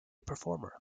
performer